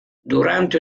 durante